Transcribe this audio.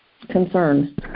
concern